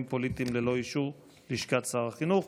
פוליטיים ללא אישור לשכת שר החינוך.